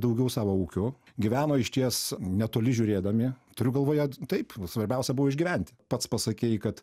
daugiau savo ūkiu gyveno išties netoli žiūrėdami turiu galvoje taip svarbiausia buvo išgyventi pats pasakei kad